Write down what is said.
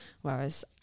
whereas